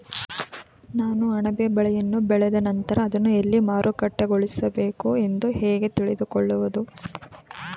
ನಾನು ಅಣಬೆ ಬೆಳೆಯನ್ನು ಬೆಳೆದ ನಂತರ ಅದನ್ನು ಎಲ್ಲಿ ಮಾರುಕಟ್ಟೆಗೊಳಿಸಬೇಕು ಎಂದು ಹೇಗೆ ತಿಳಿದುಕೊಳ್ಳುವುದು?